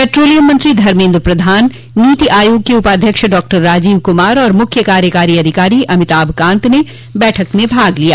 petroleum मंत्री धर्मेन्द्र प्रधान नीति आयोग के उपाध्यक्ष डॉ राजीव कुमार और मुख्य कार्यकारी अधिकारी अमिताभ कांत ने बैठक में भाग लिया